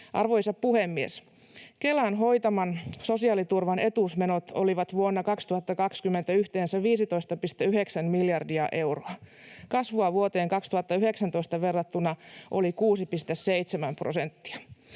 Arvoisa puhemies! Kelan hoitaman sosiaaliturvan etuusmenot olivat vuonna 2020 yhteensä 15,9 miljardia euroa. Kasvua vuoteen 2019 verrattuna oli 6,7 prosenttia.